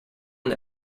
and